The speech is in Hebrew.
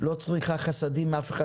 שלא צריכה חסדים מאף אחד.